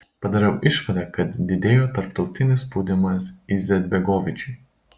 padariau išvadą kad didėjo tarptautinis spaudimas izetbegovičiui